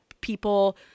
people